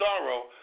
sorrow